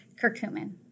curcumin